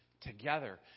together